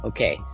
Okay